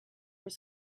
were